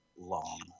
Long